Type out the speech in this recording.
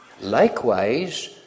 Likewise